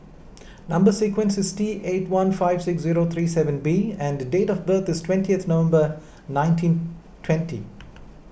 Number Sequence is T eight one five six zero three seven B and date of birth is twentieth November nineteen twenty